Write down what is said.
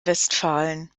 westfalen